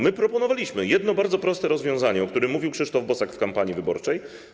My proponowaliśmy jedno bardzo proste rozwiązanie, o którym mówił Krzysztof Bosak w kampanii wyborczej.